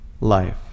life